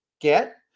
get